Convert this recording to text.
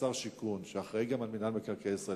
כשר השיכון שאחראי גם למינהל מקרקעי ישראל,